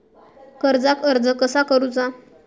कर्जाक अर्ज कसा करुचा?